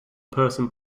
person